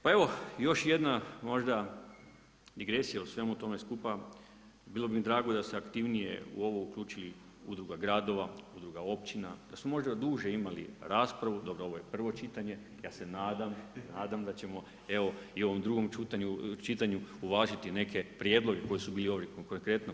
Pa evo još jedna možda digresija u svemu tome skupa, bilo bi mi drago da se aktivnije u ovo uključi udruga gradova, udruga općina, da se možda oduže imali raspravu, dobro ovo je prvo čitanje, ja se nadam da ćemo i ovom drugom čitanju uvažiti neke prijedloge koje su bili ovdje konkretno.